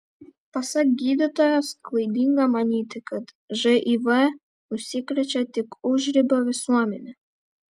pasak gydytojos klaidinga manyti kad živ užsikrečia tik užribio visuomenė